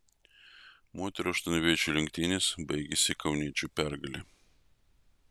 moterų aštuonviečių lenktynės baigėsi kauniečių pergale